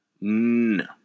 No